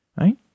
right